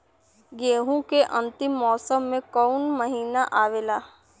गेहूँ के अंतिम मौसम में कऊन महिना आवेला?